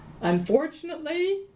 Unfortunately